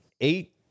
eight